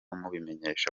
mubimenyesha